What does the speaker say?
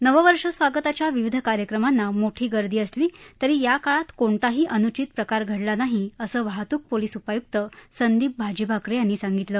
नवंवर्ष स्वागताच्या विविध कार्यक्रमांना मोठी गर्दी असली तरी या काळात कोणताही अनुचित प्रकार घडला नाही असं वाहतूक पोलिस उपायुक्त संदीप भाजीभाकरे यांनी सांगितलं